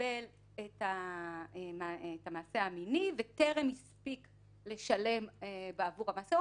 מקבל את המעשה המיני וטרם הספיק לשלם בעבור המעשה,